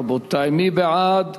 רבותי, מי בעד?